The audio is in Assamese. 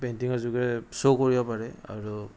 পেইণ্টিংৰ যোগেৰে শ্ব' কৰিব পাৰে আৰু